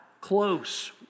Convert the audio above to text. close